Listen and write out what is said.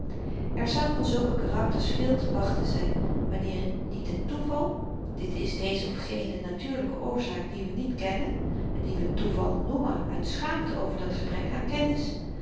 er zou van zulke karakters veel te wachten zyn wanneer niet het toeval d i deze of gene natuurlyke oorzaak die we niet kennen en die we toeval noemen uit schaamte over dat gebrek aan